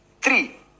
three